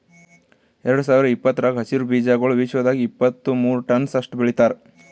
ಎರಡು ಸಾವಿರ ಇಪ್ಪತ್ತರಾಗ ಹಸಿರು ಬೀಜಾಗೋಳ್ ವಿಶ್ವದಾಗ್ ಇಪ್ಪತ್ತು ಮೂರ ಟನ್ಸ್ ಅಷ್ಟು ಬೆಳಿತಾರ್